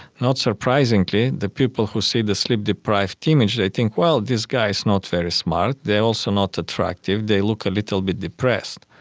not surprisingly the people who see the sleep deprived image, they think, well, this guy is so not very smart, they are also not attractive, they look a little bit depressed.